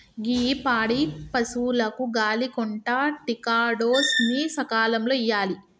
గీ పాడి పసువులకు గాలి కొంటా టికాడోస్ ని సకాలంలో ఇయ్యాలి